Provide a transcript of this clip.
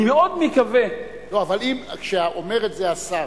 אני מאוד מקווה, אבל כשאומר את זה השר,